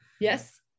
Yes